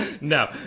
No